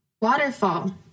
waterfall